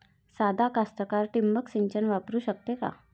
सादा कास्तकार ठिंबक सिंचन वापरू शकते का?